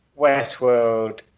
Westworld